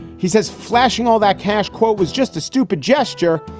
he says flashing all that cash quote was just a stupid gesture.